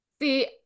See